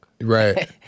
right